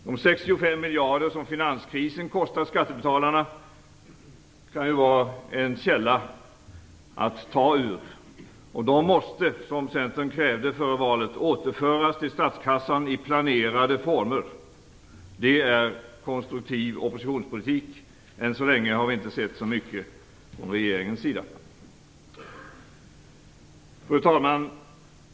De 65 miljarder som finanskrisen har kostat skattebetalarna kan vara en källa att ösa ur. De måste, som Centern krävde före valet, återföras till statskassan i planerade former. Det är konstruktiv oppositionspolitik. Än så länge har vi inte sett så mycket från regeringens sida. Fru talman!